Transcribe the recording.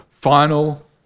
final